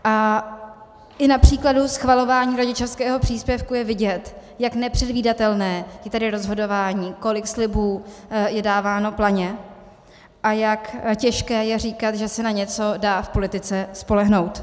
A i na příkladu schvalování rodičovského příspěvku je vidět, jak nepředvídatelné je tady rozhodování, kolik slibů je dáváno planě a jak těžké je říkat, že se na něco dá v politice spolehnout.